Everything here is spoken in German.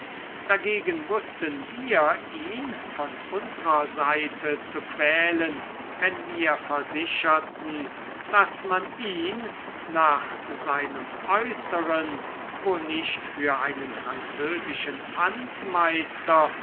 dagegen wußten wir ihn von unserer seite zu quälen wenn wir versicherten daß man ihn nach seinem äußeren wo nicht für einen französischen